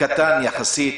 קטן יחסית